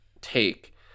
take